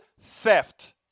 theft